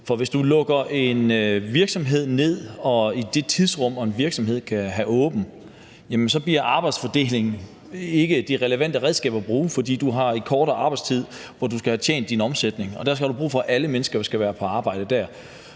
hvis du lukker en virksomhed ned og gør det i det tidsrum, hvor en virksomhed kan have åbent, så bliver arbejdsfordeling ikke det relevante redskab at bruge, fordi du har en kortere arbejdstid, hvor du skal have tjent din omsætning. Der har du brug for, at alle mennesker skal være på arbejde.